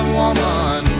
woman